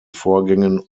vorgängen